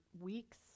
weeks